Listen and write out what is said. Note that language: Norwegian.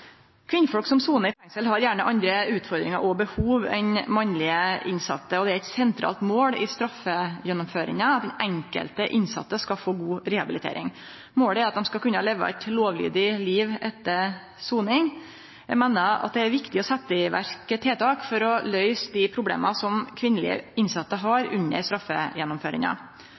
Kvinnfolk som sonar i fengsel, har gjerne andre utfordringar og behov enn mannlege innsette, og det er eit sentralt mål i straffegjennomføringa at den enkelte innsette skal få god rehabilitering. Målet er at dei skal kunne leve eit lovlydig liv etter soning. Eg meiner det er viktig å setje i verk tiltak for å løyse problema kvinnelege innsette har under straffegjennomføringa.